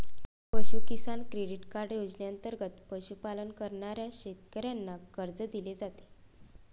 पशु किसान credit card योजनेंतर्गत पशुपालन करणाऱ्या शेतकऱ्यांना कर्ज दिले जाते